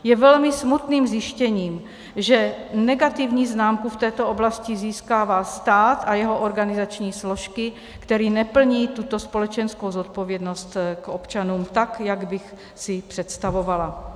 Je velmi smutným zjištěním, že negativní známku v této oblasti získává stát a jeho organizační složky, který neplní tuto společenskou zodpovědnost k občanům tak, jak bych si ji představovala.